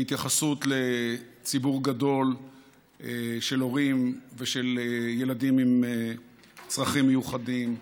בהתייחסות לציבור גדול של הורים ושל ילדים עם צרכים מיוחדים.